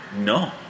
No